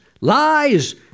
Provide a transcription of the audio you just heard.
Lies